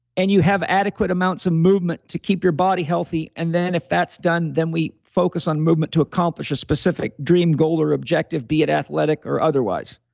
and you have adequate amounts of movement to keep your body healthy. and then if that's done, then we focus on movement to accomplish a specific dream, goal or objective, be it athletic or otherwise.